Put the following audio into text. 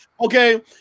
Okay